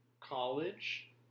College